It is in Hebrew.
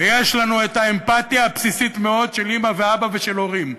ויש לנו את האמפתיה הבסיסית מאוד של אימא ואבא ושל הורים.